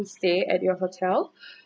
stay at your hotel